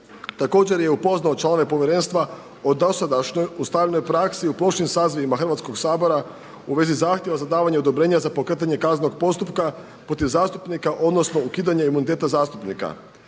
Također je upoznao članove Povjerenstva o dosadašnjoj ustaljenoj praksi u prošlim sazivima Hrvatskog sabora u vezi zahtjeva za davanje odobrenja za pokretanje kaznenog postupka protiv zastupnika odnosno ukidanje imuniteta zastupnika.